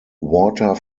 water